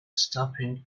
stopping